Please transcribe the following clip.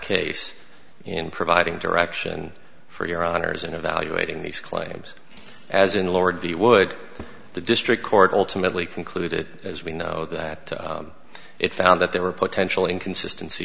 case in providing direction for your honour's in evaluating these claims as in lord of the wood the district court ultimately concluded as we know that it found that there were potential in consistenc